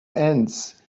ants